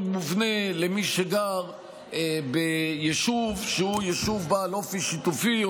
מובנה למי שגר ביישוב שהוא יישוב בעל אופי שיתופי,